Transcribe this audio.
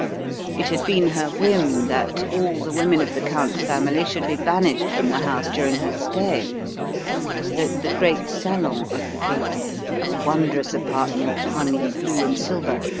it had been her whim that all the women of the count's family should be banished from the house during her stay that the great salon of the villa a wondrous apartment, hung in blue and silver,